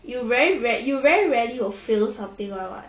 you very rare you rea~ rarely will fail something [one] [what]